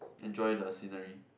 enjoy the scenery